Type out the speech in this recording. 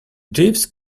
jeeves